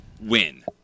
win